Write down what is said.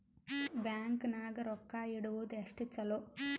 Bank ನಾಗ ರೊಕ್ಕ ಇಡುವುದು ಎಷ್ಟು ಚಲೋ?